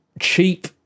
cheap